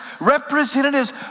representatives